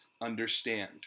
understand